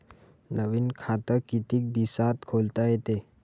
नवीन खात कितीक दिसात खोलता येते?